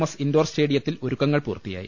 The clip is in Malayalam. എസ് ഇൻഡോർ സ്റ്റേഡിയത്തിൽ ഒരുക്ക ങ്ങൾ പൂർത്തിയായി